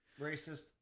Racist